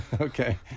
Okay